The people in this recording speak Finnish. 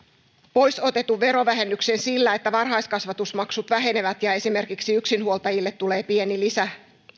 pois otetun verovähennyksen sillä että varhaiskasvatusmaksut vähenevät ja esimerkiksi yksinhuoltajille tulee pieni lisä